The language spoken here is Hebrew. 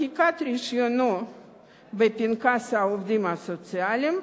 מחיקת רשיונו בפנקס העובדים הסוציאליים,